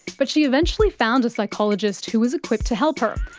but she eventually found a psychologist who was equipped to help her,